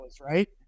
Right